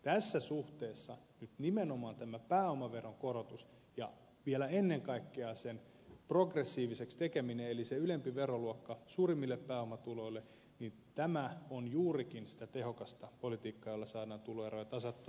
tässä suhteessa nyt nimenomaan tämä pääomaveron korotus ja vielä ennen kaikkea sen progressiiviseksi tekeminen eli se ylempi veroluokka suurimmille pääomatuloille on juurikin sitä tehokasta politiikkaa jolla saadaan tuloeroja tasattua